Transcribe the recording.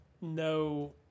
No